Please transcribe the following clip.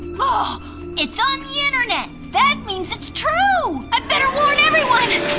ah it's on the internet. that means it's true! i better warn everyone!